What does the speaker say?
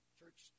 church